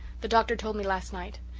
the doctor told me last night.